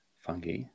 fungi